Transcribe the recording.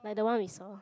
like the one we saw